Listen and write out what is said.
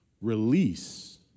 release